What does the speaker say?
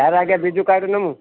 sir ଆଜ୍ଞା Biju card ନେବୁ